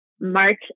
March